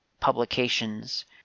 publications